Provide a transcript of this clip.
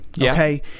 Okay